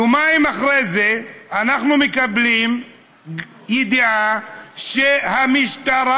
יומיים אחרי זה אנחנו מקבלים ידיעה שהמשטרה